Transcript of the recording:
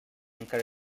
encara